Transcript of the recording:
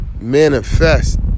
manifest